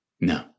No